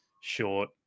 short